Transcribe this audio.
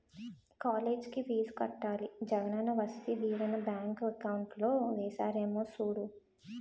కాలేజికి ఫీజు కట్టాలి Jagananna Vasathi Deevena bank account లో ఏసారేమో సూడు